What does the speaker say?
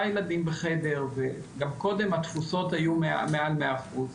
ילדים בחדר וגם קודם התפוסות היו מעל 100 אחוז,